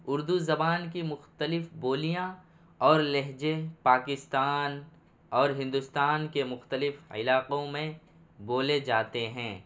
اردو زبان کی مختلف بولیاں اور لہجے پاکستان اور ہندوستان کے مختلف علاقوں میں بولے جاتے ہیں